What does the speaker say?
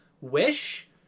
Wish